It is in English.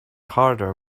harder